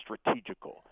strategical